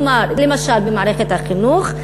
למשל במערכת החינוך,